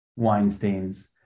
Weinsteins